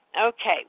Okay